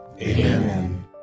Amen